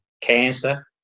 cancer